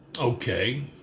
Okay